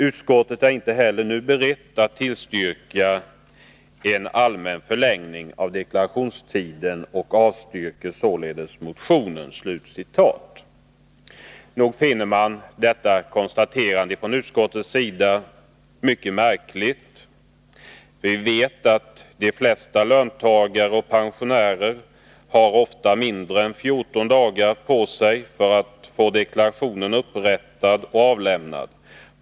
Utskottet är inte heller nu berett att tillstyrka en allmän förlängning av deklarationstiden och avstyrker således motion 218.” Detta konstaterande från utskottets sida är mycket märkligt. Vi vet att de flesta löntagare och pensionärer ofta har mindre än 14 dagar på sig för att få deklarationen upprättad och avlämnad.